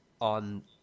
on